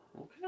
okay